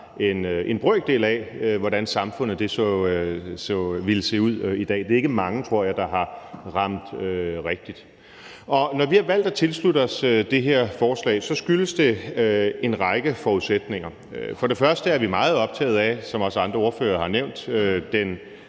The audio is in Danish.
en brøkdel af, hvordan samfundet ser ud i dag? Jeg tror ikke, det er mange, der har ramt rigtigt. Når vi har valgt at tilslutte os det her forslag, skyldes det en række forudsætninger. For det første er vi meget optaget af, som også andre ordførere har nævnt,